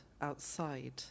outside